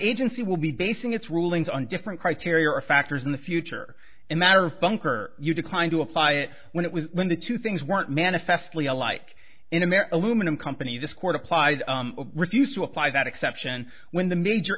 agency will be basing its rulings on different criteria or factors in the future and matter of bunker you decline to apply it when it was when the two things weren't manifestly alike in america lumen and company this court applied refused to apply that exception when the major